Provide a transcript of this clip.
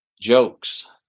jokes